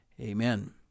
amen